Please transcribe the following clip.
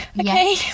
okay